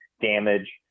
damage